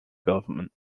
government